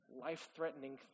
life-threatening